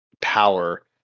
power